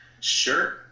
Sure